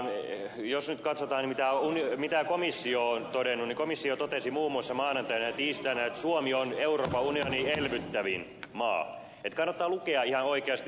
jos nyt katsotaan mitä komissio on todennut niin komissio totesi muun muassa maanantaina ja tiistaina että suomi on euroopan unionin elvyttävin maa että kannattaa lukea ihan oikeasti